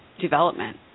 development